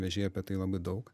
vėžėjai apie tai labai daug